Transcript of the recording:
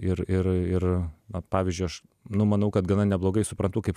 ir ir ir na pavyzdžiui aš nu manau kad gana neblogai suprantu kaip